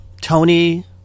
Tony